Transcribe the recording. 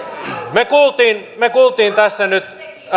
me kuulimme tässä nyt